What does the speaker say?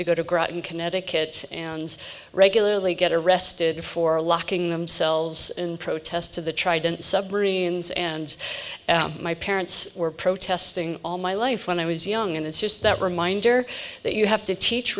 to go to groton connecticut and regularly get arrested for locking themselves in protest to the trident submarines and my parents were protesting all my life when i was young and it's just that reminder that you have to teach